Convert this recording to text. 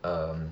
um